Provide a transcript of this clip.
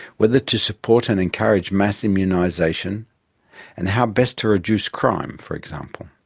whether to support and encourage mass immunisation and how best to reduce crime, for example.